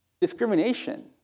Discrimination